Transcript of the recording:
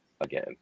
again